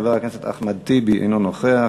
חבר הכנסת אחמד טיבי, אינו נוכח.